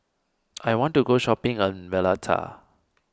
I want to go shopping a Valletta